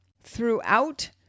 throughout